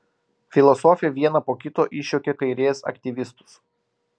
filosofė vieną po kito išjuokė kairės aktyvistus